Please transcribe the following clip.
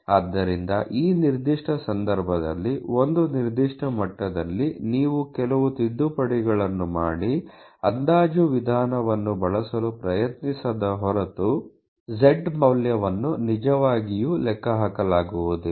ಆದ್ದರಿಂದ ಈ ನಿರ್ದಿಷ್ಟ ಸಂದರ್ಭದಲ್ಲಿ ಒಂದು ನಿರ್ದಿಷ್ಟ ಮಟ್ಟದಲ್ಲಿ ನೀವು ಕೆಲವು ತಿದ್ದುಪಡಿಗಳನ್ನು ಮಾಡಿ ಅಂದಾಜು ವಿಧಾನವನ್ನು ಬಳಸಲು ಪ್ರಯತ್ನಿಸದ ಹೊರತು z ಮೌಲ್ಯವನ್ನು ನಿಜವಾಗಿಯೂ ಲೆಕ್ಕಹಾಕಲಾಗುವುದಿಲ್ಲ